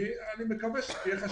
אני מקווה שתהיה חשיבה נוספת.